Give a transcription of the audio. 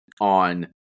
on